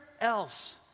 else